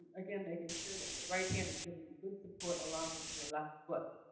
again, making sure that your right hand is giving you good support along with your left foot,